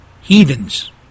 Heathens